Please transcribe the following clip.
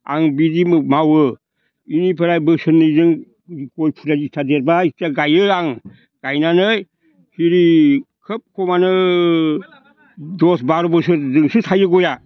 आं बिदि मावो इनिफ्राय बोसोरनैजों गय फुलिया जिथिया देरबाय जिथिया गायो आं गायो सिरि खोब समानो दस बार' बोसोरजोंसो थाइयो गयआ